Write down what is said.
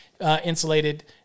insulated